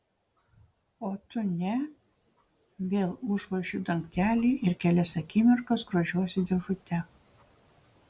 o tu ne vėl užvožiu dangtelį ir kelias akimirkas grožiuosi dėžute